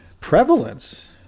prevalence